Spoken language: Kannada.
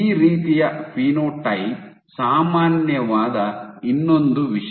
ಈ ರೀತಿಯ ಫಿನೋಟೈಪ್ ಸಾಮಾನ್ಯವಾದ ಇನ್ನೊಂದು ವಿಷಯ